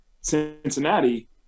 Cincinnati